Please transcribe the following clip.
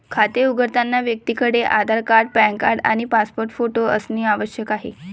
खाते उघडताना व्यक्तीकडे आधार कार्ड, पॅन कार्ड आणि पासपोर्ट फोटो असणे आवश्यक आहे